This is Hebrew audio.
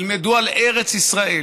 ילמדו על ארץ ישראל,